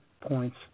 points